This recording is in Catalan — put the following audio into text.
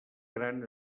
gran